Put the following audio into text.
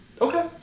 okay